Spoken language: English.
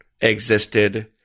existed